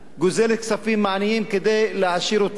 גוזלת כספים מעניים כדי להעשיר אותם,